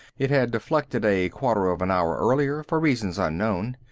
it had deflected a quarter of an hour earlier for reasons unknown.